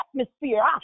atmosphere